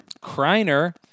Kreiner